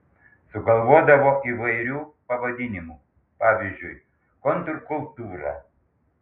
sugalvodavo įvairių pavadinimų pavyzdžiui kontrkultūra